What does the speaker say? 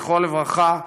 זכרו לברכה,